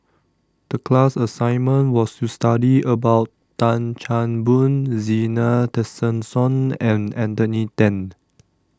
The class assignment was to study about Tan Chan Boon Zena Tessensohn and Anthony Then